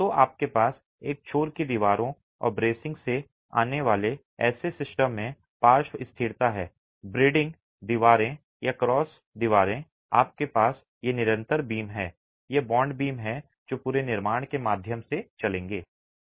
तो आपके पास एक छोर की दीवारों और ब्रेसिंग से आने वाले ऐसे सिस्टम में पार्श्व स्थिरता है ब्रेडिंग दीवारें या क्रॉस दीवारें आपके पास ये निरंतर बीम हैं ये बांड बीम हैं जो पूरे निर्माण के माध्यम से चलेंगे